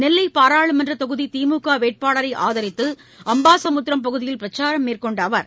நெல்லை பாராளுமன்றத் தொகுதி திமுக வேட்பாளரை ஆதரித்து அம்பாசமுத்திரம் பகுதியில் பிரச்சாரம் மேற்கொண்ட அவர்